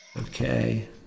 Okay